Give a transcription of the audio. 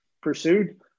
pursued